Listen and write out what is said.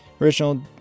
original